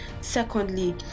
Secondly